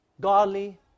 godly